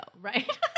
right